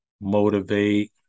motivate